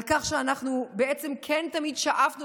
על כך שאנחנו בעצם כן תמיד שאפנו,